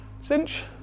cinch